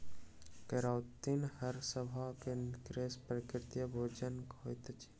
keratin हमरासभ केँ केश में प्राकृतिक प्रोभूजिन होइत अछि